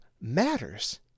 matters